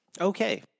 Okay